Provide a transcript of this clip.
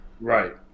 Right